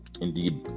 Indeed